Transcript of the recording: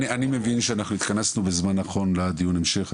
אני מבין שאנחנו התכנסנו בזמן נכון לדיון המשך,